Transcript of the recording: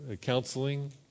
Counseling